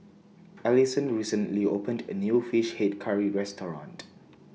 Allyson recently opened A New Fish Head Curry Restaurant